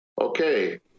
Okay